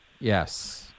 Yes